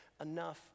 enough